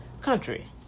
country